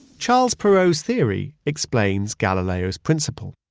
charles perrow's theory explains galileo's principle.